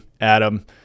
Adam